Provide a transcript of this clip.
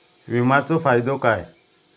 विमाचो फायदो काय?